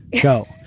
go